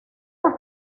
las